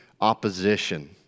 opposition